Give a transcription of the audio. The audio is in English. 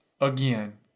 again